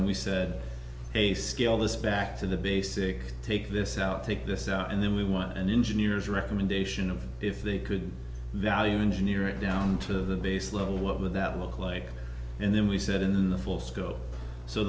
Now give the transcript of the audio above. and we said hey scale this back to the basic take this out take this out and then we want and engineers recommendation of if they could value engineer it down to the base load what would that look like and then we said in the full scope so